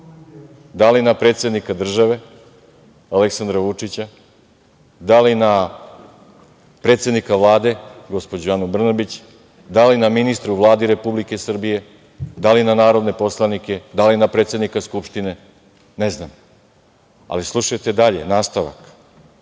da li na predsednika države Aleksandra Vučića, da li na predsednika Vlade, gospođu Anu Brnabić, da li na ministre u Vladi Republike Srbije, da li na narodne poslanike, da li na predsednika Skupštine? Ne znam. Slušajte dalje, nastavak